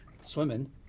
swimming